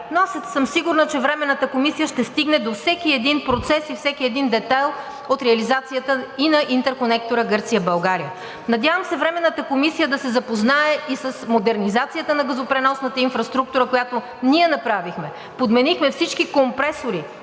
Но аз съм сигурна, че Временната комисия ще стигне до всеки един процес и всеки един детайл от реализацията и на интерконектора Гърция – България. Надявам се Временната комисия да се запознае и с модернизацията на газопреносната инфраструктура, която ние направихме – подменихме всички компресори